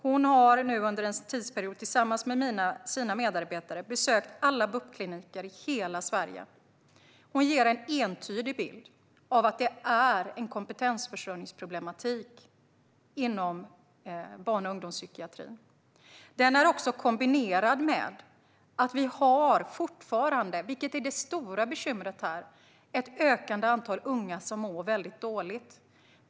Hon har under en tidsperiod tillsammans med sina medarbetare besökt alla BUP-kliniker i hela Sverige. Hon ger en entydig bild av att det råder problem med kompetensförsörjningen inom barn och ungdomspsykiatrin. Problemen är kombinerade med att det fortfarande finns, vilket är det stora bekymret, ett ökande antal unga som mår dåligt.